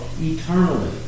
eternally